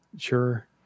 sure